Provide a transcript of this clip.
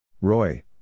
Roy